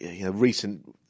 recent